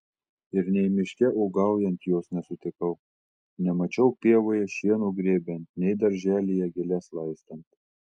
ir nei miške uogaujant jos nesutikau nemačiau pievoje šieno grėbiant nei darželyje gėles laistant